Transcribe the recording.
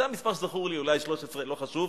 זה המספר שזכור לי, אולי 13, לא חשוב.